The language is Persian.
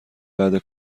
بعده